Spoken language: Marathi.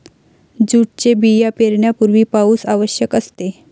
जूटचे बिया पेरण्यापूर्वी पाऊस आवश्यक असते